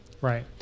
right